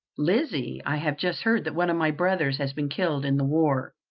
lizzie, i have just heard that one of my brothers has been killed in the war.